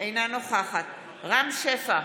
אינה נוכחת רם שפע,